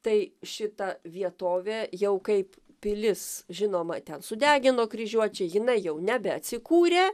tai šita vietovė jau kaip pilis žinoma ten sudegino kryžiuočiai jinai jau nebeatsikūrė